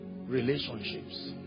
Relationships